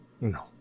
No